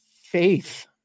faith